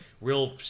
real